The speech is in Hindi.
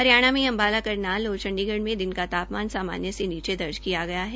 हरियाणा में अम्बाला करनाल और चंडीगढ़ में दिन का तापमान सामान्रू से नीचे दर्ज किया गया है